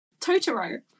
Totoro